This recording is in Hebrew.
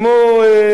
לצערנו הרב,